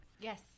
Yes